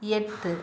எட்டு